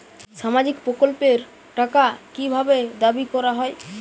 সামাজিক প্রকল্পের টাকা কি ভাবে দাবি করা হয়?